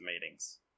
meetings